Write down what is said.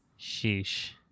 sheesh